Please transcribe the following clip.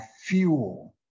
fuel